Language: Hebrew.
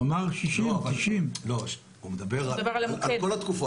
הוא אמר 60, 90. הוא מדבר על המוקד.